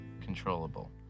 controllable